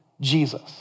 Jesus